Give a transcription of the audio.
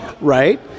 Right